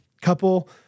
couple